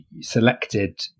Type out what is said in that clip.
selected